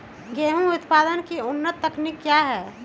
गेंहू उत्पादन की उन्नत तकनीक क्या है?